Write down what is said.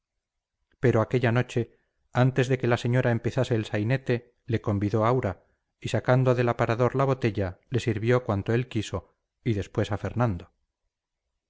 pero aquella noche antes de que la señora empezase el sainete le convidó aura y sacando del aparador la botella le sirvió cuanto él quiso y después a fernando